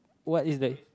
what is the